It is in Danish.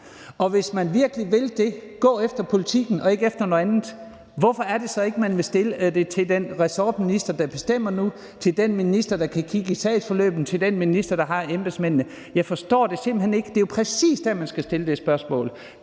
Og hvis man virkelig vil gå efter politikken og ikke efter noget andet, hvorfor vil man så ikke stille det til den ressortminister, der bestemmer nu, til den minister, der kan kigge i sagsforløbet, til den minister, der har embedsmændene? Jeg forstår det simpelt hen ikke. Det er jo præcis der, man skal stille det spørgsmål,